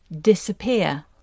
disappear